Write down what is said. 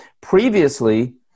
previously